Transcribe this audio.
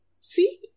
See